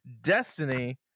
Destiny